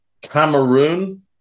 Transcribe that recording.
Cameroon